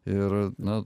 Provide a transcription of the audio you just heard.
ir na